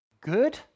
good